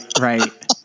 Right